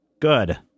Good